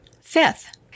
Fifth